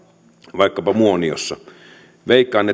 vaikkapa muoniossa veikkaan